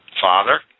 Father